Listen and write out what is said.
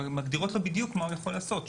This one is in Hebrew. שמגדירות לו בדיוק מה הוא יכול לעשות.